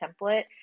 template